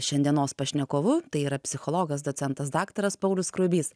šiandienos pašnekovu tai yra psichologas docentas daktaras paulius skruibys